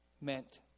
meant